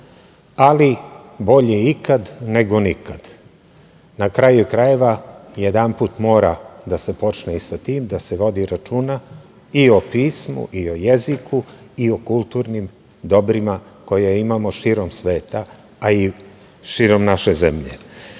ali bolje ikad nego nikad. Na kraju krajeva, jednom mora i da se počne i sa tim, da se vodi računa i o pismu i o jeziku i o kulturnim dobrima koje imamo širom sveta, a i širom naše zemlje. Posle